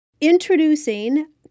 Introducing